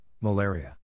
Malaria